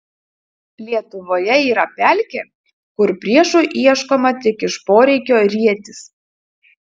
lietuvoje yra pelkė kur priešų ieškoma tik iš poreikio rietis